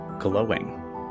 Glowing